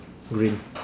green